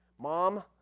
Mom